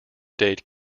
date